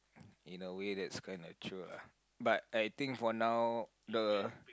in a way that's kind of true lah but I think for now the